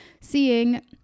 seeing